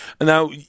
Now